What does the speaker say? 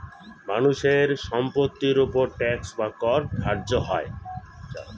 মানুষের সম্পত্তির উপর ট্যাক্স বা কর ধার্য হয়